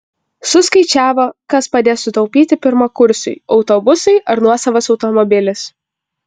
suskaičiavo kas padės sutaupyti pirmakursiui autobusai ar nuosavas automobilis